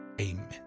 Amen